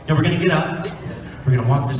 and we're gonna get up we're gonna walk